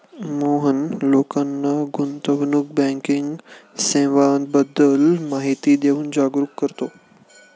मोहन लोकांना गुंतवणूक बँकिंग सेवांबद्दल माहिती देऊन जागरुक करतो